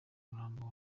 umurambo